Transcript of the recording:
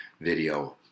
video